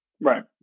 Right